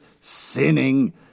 sinning